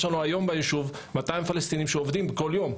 יש לנו היום ביישוב 200 פלסטינים שעובדים כל יום.